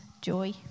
joy